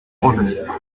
revenir